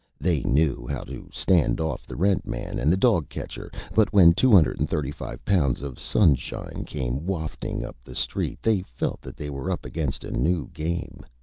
they knew how to stand off the rent-man and the dog-catcher but when two hundred and thirty five pounds of sunshine came wafting up the street, they felt that they were up against a new game.